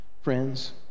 Friends